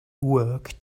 work